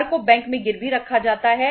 घर को बैंक में गिरवी रखा जाता है